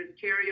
carry